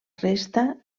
resta